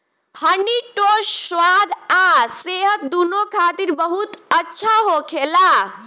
हनी toast स्वाद आ सेहत दूनो खातिर बहुत अच्छा होखेला